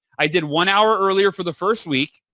i did one hour earlier for the first week.